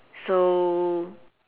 so